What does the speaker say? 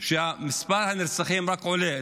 כשמספר הנרצחים רק עולה.